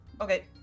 Okay